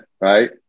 right